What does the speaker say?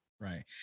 Right